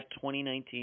2019